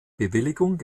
bewilligung